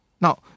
Now